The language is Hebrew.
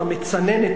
המצננת,